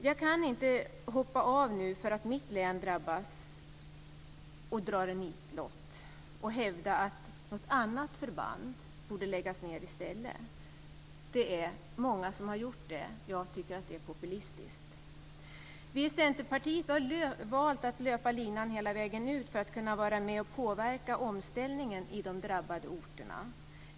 Jag kan inte hoppa av nu för att mitt län drabbas och drar en nitlott. Jag kan inte hävda att något annat förband borde läggas ned i stället. Det är många som har gjort det. Jag tycker att det är populistiskt. Vi i Centerpartiet har valt att löpa linan hela vägen ut för att kunna vara med och påverka omställningen i de drabbade orterna.